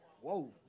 whoa